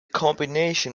combination